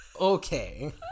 Okay